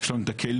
ויש לנו את הכלים,